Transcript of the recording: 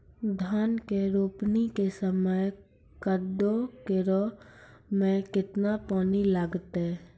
धान के रोपणी के समय कदौ करै मे केतना पानी लागतै?